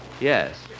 Yes